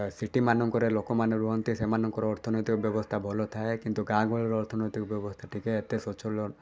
ସିଟିମାନଙ୍କରେ ଲୋକମାନେ ରୁହନ୍ତି ସେମାନଙ୍କର ଅର୍ଥନୀତି ବ୍ୟବସ୍ଥା ଭଲଥାଏ କିନ୍ତୁ ଗାଁ ଗହଳିର ଅବସ୍ଥା ଟିକିଏ ଏତେ ସ୍ଵଛଳ